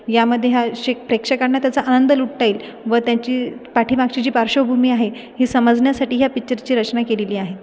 यामध्ये हा रसिक प्रेक्षकांना त्याचा आनंद लुटता येईल व त्यांची पाठीमागची जी पार्श्वभूमी आहे हे समजण्यासाठी ह्या पिक्चरची रचना केलेली आहे